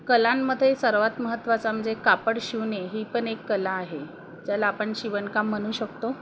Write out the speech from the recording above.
कलांमध्ये सर्वात महत्त्वाचा म्हणजे कापड शिवणे ही पण एक कला आहे ज्याला आपण शिवणकाम म्हणू शकतो